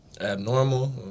Abnormal